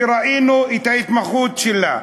ראינו את ההתמחות בה.